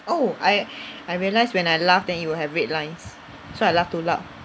oh I I realise when I laugh then it will have red lines so I laugh too loud